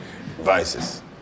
Vices